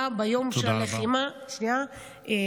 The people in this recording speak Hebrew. היה ביום של הלחימה ונפצע.